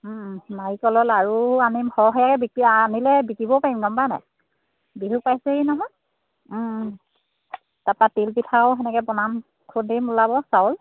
নাৰিকলৰ আৰু আনিম সৰহকৈ বিকি আনিলে বিকিব পাৰিম গম পাৱনে বিহুত পাইছেহি নহয় তাৰপৰা তিলপিঠাও তেনেকৈ বনাম খুন্দিম ওলাব চাউল